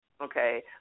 okay